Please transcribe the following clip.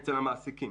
אצל המעסיקים.